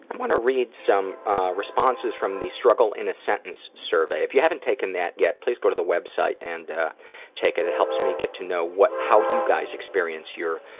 and want to read some responses from the struggle in a sentence survey. if you haven't taken that yet, please go to the website and take it. it helps me get to know what how you guys experience your